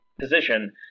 position